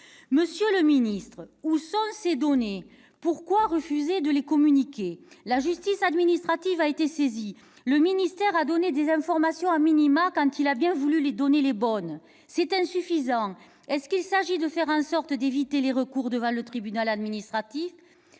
Monsieur le ministre, où sont ces données ? Pourquoi refuser de les communiquer ? La justice administrative a été saisie. Le ministère a donné des informations, quand il a bien voulu donner les bonnes ! C'est insuffisant ! S'agit-il d'éviter les recours devant le tribunal administratif ?